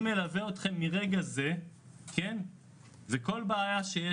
להכריז שהוא מלווה את המשפחה ולהיות הכתובת הישירה לכל בעיה של